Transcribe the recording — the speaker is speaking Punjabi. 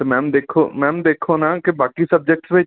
ਅਤੇ ਮੈਮ ਦੇਖੋ ਮੈਮ ਦੇਖੋ ਨਾ ਕਿ ਬਾਕੀ ਸਬਜੈਕਟਸ ਵਿੱਚ